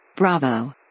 Bravo